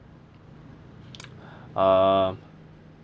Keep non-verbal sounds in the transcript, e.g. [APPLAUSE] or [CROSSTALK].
[NOISE] um